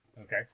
okay